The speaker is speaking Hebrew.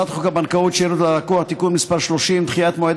הבנקאות (שירות ללקוח) (תיקון מס' 30) (דחיית מועד